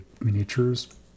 miniatures